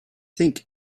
think